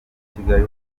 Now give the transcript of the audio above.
kigali